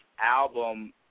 album